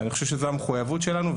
אני חושב שזוהי המחויבות שלנו,